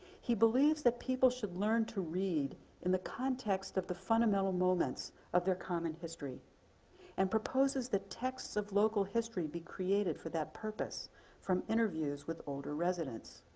he believes that people should learn to read in the context of the fundamental moments of their common history and proposes the text of local history be created for that purpose from interviews with older residents.